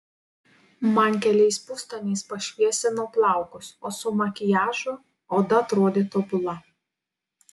man keliais pustoniais pašviesino plaukus o su makiažu oda atrodė tobula